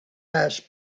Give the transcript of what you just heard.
asked